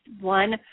one